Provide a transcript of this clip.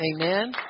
amen